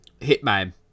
Hitman